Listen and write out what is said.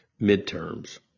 midterms